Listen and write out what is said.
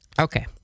Okay